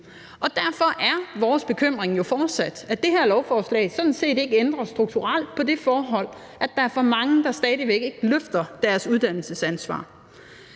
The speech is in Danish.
Derfor er vores bekymring fortsat, at det her lovforslag sådan set ikke ændrer strukturelt på det forhold, at der stadig væk er for mange, der ikke løfter deres uddannelsesansvar.